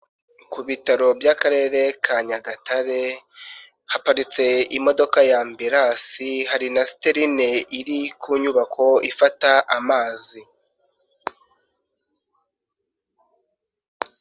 Ku bitaro by'akarere ka Nyagatare, haparitse imodoka y'ambirasi hari na siterine iri ku nyubako ifata amazi.